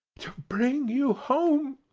to bring you home,